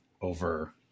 over